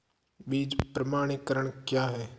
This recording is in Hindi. बीज प्रमाणीकरण क्या है?